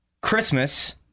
Christmas